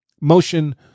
motion